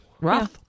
Rough